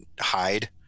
hide